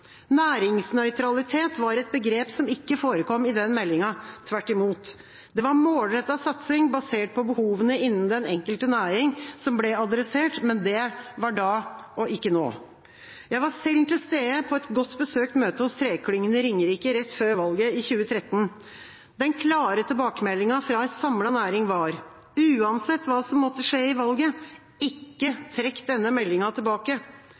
Næringsnøytralitet var et begrep som ikke forekom i den meldingen, tvert imot. Det var målrettet satsing, basert på behovene innen den enkelte næring, som ble adressert. Men det var da, og ikke nå. Jeg var sjøl til stede på et godt besøkt møte hos Treklyngen på Ringerike rett før valget i 2013. Den klare tilbakemeldinga fra en samlet næring var: Uansett hva som måtte skje i valget, ikke trekk denne meldinga tilbake!